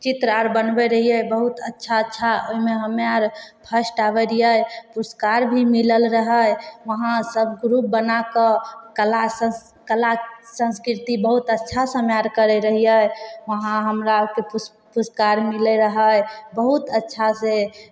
चित्र आर बनबै रहियै बहुत अच्छा अच्छा ओहिमे हम्मे आर फर्स्ट आबै रहियै पुरस्कार भी मिलल रहै वहाँ सब ग्रूप बनाकऽ कला सॅं कला संस्कीर्ति बहुत अच्छा से करै रहियै वहाँ हमरा से किछु पुरस्कार मिलै रहै बहुत अच्छा से